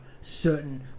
certain